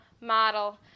model